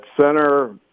center